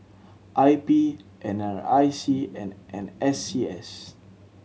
I P N R I C and N S C S